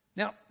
Now